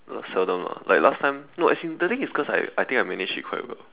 seldom lah like last time no as in the thing is cause I I think I managed it quite well